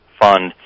fund